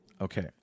Okay